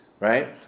Right